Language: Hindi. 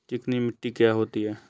चिकनी मिट्टी क्या होती है?